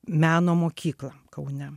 meno mokyklą kaune